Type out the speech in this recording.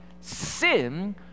Sin